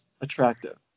Attractive